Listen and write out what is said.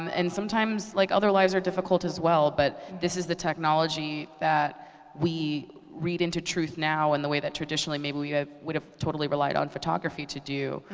um and sometimes, like other lives are difficult as well, but this is the technology that we read into truth now in the way that, traditionally, maybe we would have totally relied on photography to do.